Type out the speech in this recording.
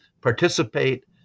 participate